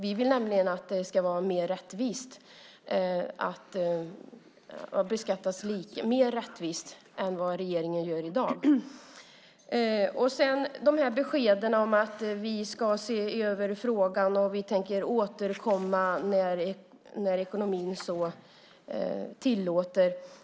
Vi vill nämligen att det ska vara mer rättvist, att det ska beskattas mer rättvist än vad regeringen gör i dag. Sedan till det här med beskeden om att vi ska se över frågan och att vi tänker återkomma när ekonomin så tillåter.